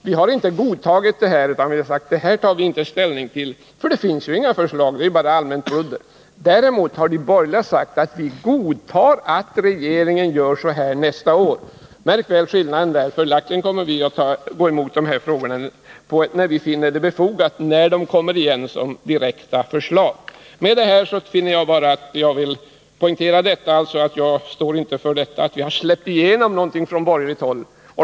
Vi har inte tagit ställning på dessa punkter, eftersom det där inte finns några förslag, bara allmänt bludder. Däremot har de borgerliga sagt att de godtar att regeringen kommer att handla på angivet sätt nästa år. Märk väl skillnaden! Vi kommer att gå emot dessa tankegångar när de kommer igen i form av direkta förslag. Jag vill alltså poängtera att vi inte har släppt igenom något från borgerligt håll.